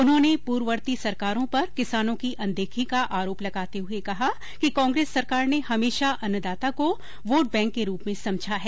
उन्होंने पूर्ववर्ति सरकारों पर किसानों की अनदेखी का आरोप लगाते हुए कहा कि कांग्रेस सरकार ने हमेशा अन्नदाता को वोट बैंक के रूप में समझा है